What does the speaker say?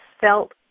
felt